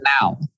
now